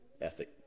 ethic